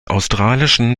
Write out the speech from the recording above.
australischen